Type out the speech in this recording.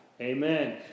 Amen